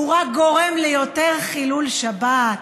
הוא גורם ליותר חילול שבת.